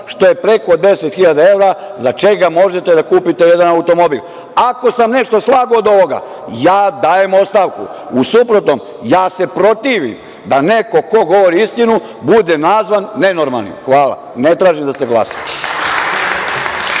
što je preko 10.000 evra, za koliko možete da kupite jedan automobil. Ako sam nešto slagao od ovoga, ja dajem ostavku. U suprotnom ja se protivim da neko ko govori istinu bude nazvan – nenormalnim. Hvala. Ne tražim da se glasa.